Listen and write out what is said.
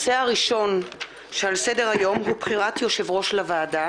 על סדר-היום בחירת יושב ראש לוועדת